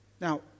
Now